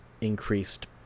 increased